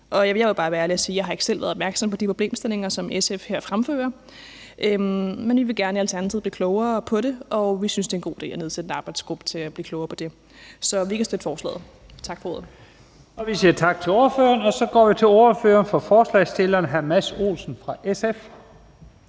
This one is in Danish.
Jeg vil bare være ærlig at sige, at jeg ikke selv har været opmærksom på de problemstillinger, som SF fremfører her, men vi vil gerne i Alternativet blive klogere på det, og vi synes, det er en god idé at nedsætte en arbejdsgruppe for at blive klogere på det. Så vi kan støtte forslaget. Tak for ordet. Kl. 18:58 Første næstformand (Leif Lahn Jensen): Vi siger tak til ordføreren. Og så går vi til ordføreren for forslagsstillerne, hr. Mads Olsen fra SF.